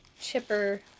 chipper